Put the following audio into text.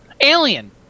Alien